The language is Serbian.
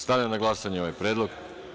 Stavljam na glasanje ovaj predlog.